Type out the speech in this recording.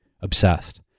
obsessed